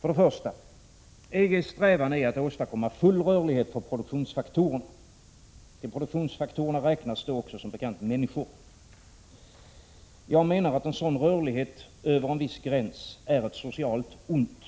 För det första: EG:s strävan är att åstadkomma full rörlighet för produktionsfaktorerna. Till produktionsfaktorerna räknas som bekant då också människor. Jag anser att en sådan rörlighet över en viss gräns är ett socialt ont,